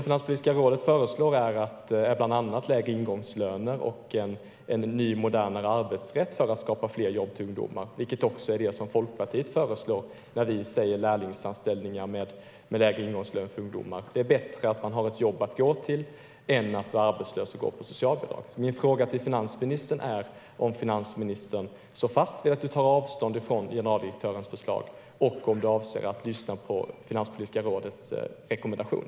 Finanspolitiska rådet föreslår bland annat lägre ingångslöner och en ny, modernare arbetsrätt för att skapa fler jobb för ungdomar, vilket också är det Folkpartiet föreslår när vi talar om lärlingsanställningar med lägre ingångslöner för ungdomar. Det är bättre att ha ett jobb att gå till än att vara arbetslös och gå på socialbidrag. Står finansministern fast vid att hon tar avstånd från generaldirektörens förslag, och avser hon att lyssna på Finanspolitiska rådets rekommendation?